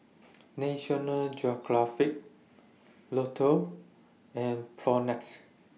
National Geographic Lotto and Propnex